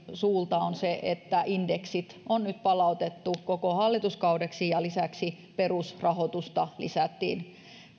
suusta on se että indeksit on nyt palautettu koko hallituskaudeksi ja lisäksi perusrahoitusta lisättiin